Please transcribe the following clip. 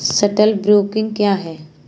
Stock broking क्या है?